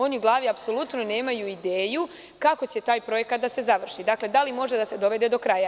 Oni u glavi apsolutno nemaju ideju kako će taj projekat da se završi, da li može da se dovede do kraja.